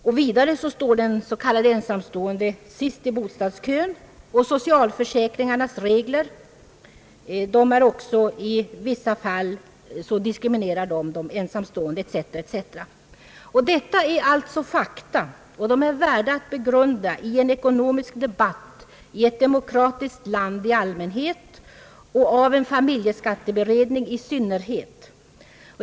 De s.k. ensamstående är påtagligt diskriminerade i fråga om möjligheterna att konkurrera om en bostad. Socialförsäkringarnas regler diskriminerar också i vissa fall de ensamstående. Detta är alltså fakta, värda att begrundas i en ekonomisk debatt i ett demokratiskt land i allmänhet och av en familjeskatteberedning i synnerhet.